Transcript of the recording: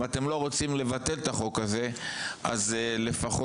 אם אתם לא רוצים לבטל את החוק הזה אז לפחות